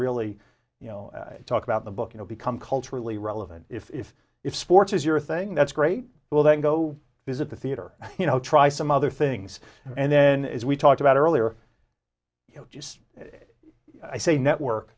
really you know talk about the book you know become culturally relevant if if if sports is your thing that's great well then go visit the theater you know try some other things and then as we talked about earlier you know just i say